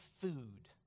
food